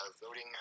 voting